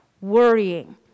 worrying